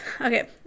okay